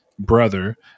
brother